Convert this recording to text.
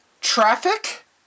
traffic